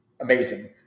amazing